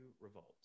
revolt